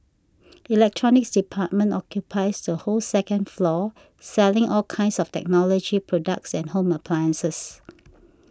electronics department occupies the whole second floor selling all kinds of technology products and home appliances